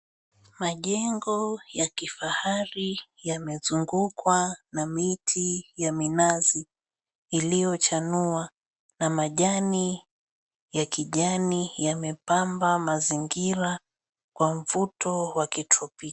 Majengo ya kifahari yamezungukwa na miti ya minazi iliyo chanua na majani yakijani yamepamba mazingira kwa mvuto wa kitropiki.